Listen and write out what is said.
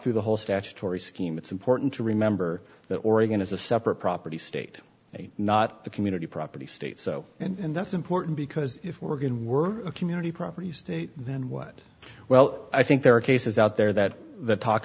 through the whole statutory scheme it's important to remember that oregon is a separate property state not a community property state so and that's important because if we're going we're a community property state then what well i think there are cases out there that t